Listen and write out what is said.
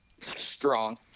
Strong